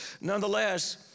nonetheless